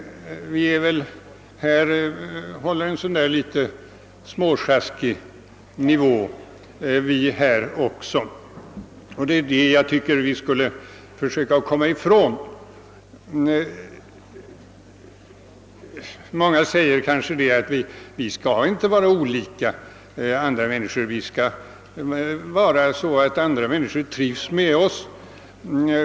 Också vi håller en sådan där litet småsjaskig nivå. Det är detta jag tycker vi skall försöka komma ifrån. Många säger kanske att vi inte skall vara olika andra människor; vi skall vara sådana att de trivs med oss.